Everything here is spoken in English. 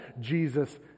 Jesus